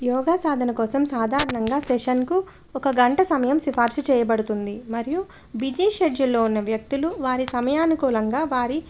యోగా సాధన కోసం సాధారణంగా సెషన్కు ఒక గంట సమయం సిఫారసు చెయ్యబడుతుంది మరియు బిజీ షెడ్యూల్లో ఉన్న వ్యక్తులు వారి సమయానుకూలంగా వారి